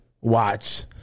watch